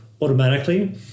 automatically